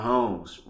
Homes